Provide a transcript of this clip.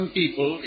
people